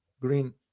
green